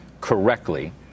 correctly